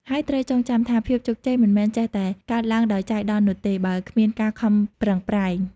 ហើយត្រូវចងចាំថា ភាពជោគជ័យមិនមែនចេះតែកើតឡើងដោយចៃដន្យនោះទេ បើគ្មានការខំប្រឹងប្រែង។